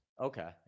Okay